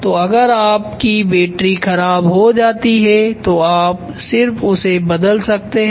तो अगर आप की बैटरी ख़राब हो जाती है तो आप सिर्फ उसे बदल सकते है